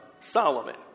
Solomon